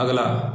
ਅਗਲਾ